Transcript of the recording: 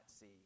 see